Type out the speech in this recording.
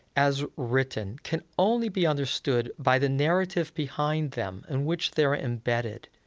as written, can only be understood by the narrative behind them in which they're embedded.